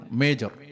major